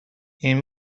این